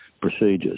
procedures